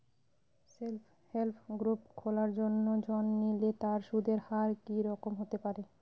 Self help group খোলার জন্য ঋণ নিলে তার সুদের হার কি রকম হতে পারে?